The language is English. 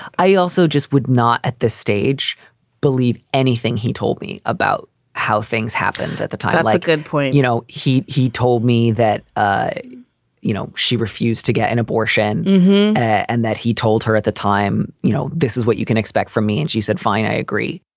i also just would not at this stage believe anything he told me about how things happened at the time. like good point. you know, he he told me that, you know, she refused to get an abortion and that he told her at the time, you know, this is what you can expect from me. and she said, fine, i agree.